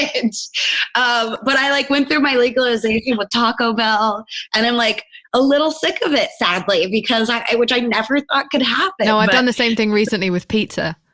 and but i like went through my legalization with taco bell and i'm like a little sick of it, sadly, because i, which i never thought could happen no, i've done the same thing recently with pizza